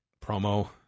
promo